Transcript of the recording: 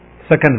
second